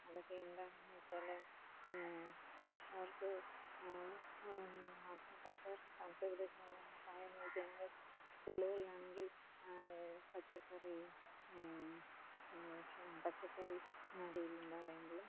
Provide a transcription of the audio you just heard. അതൊക്കെ എന്താണെന്ന് ചോദിച്ചാൽ കര്ഷകര്ക്ക് മാധ്യമകര്ഷകര്ക്ക് സാമ്പത്തിക ഉപദേശം നല്കുന്ന സഹായം എന്ന് ചോദിച്ചുകഴിഞ്ഞാൽ സ്കൂളുകളിലാണെങ്കില് പച്ചക്കറി പച്ചക്കറി നടീലുണ്ടായതാണെങ്കിൽ